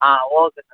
ಹಾಂ okay sir